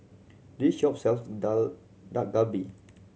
this shop sells Dak Dak Galbi